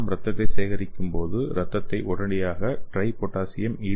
நாம் இரத்தத்தை சேகரிக்கும் போது இரத்தத்தை உடனடியாக ட்ரை பொட்டாசியம் ஈ